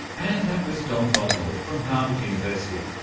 and that was don robinaugh from harvard university,